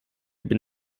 bin